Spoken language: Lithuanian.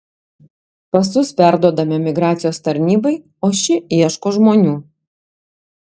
pasus perduodame migracijos tarnybai o ši ieško žmonių